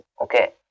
okay